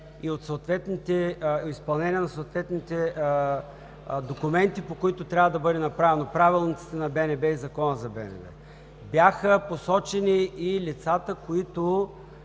и от изпълнение на съответните документи, по които трябва да бъде направено – правилниците на БНБ и Закона за БНБ. Бяха посочени и лицата в